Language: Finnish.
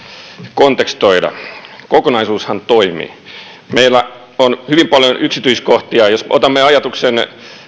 kontekstoida kokonaisuushan toimii meillä on hyvin paljon yksityiskohtia jos otamme ajatuksen